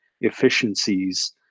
efficiencies